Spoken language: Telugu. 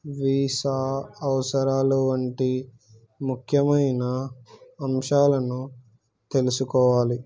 వీసా అవసరాలు వంటి ముఖ్యమైన అంశాలను తెలుసుకోవాలి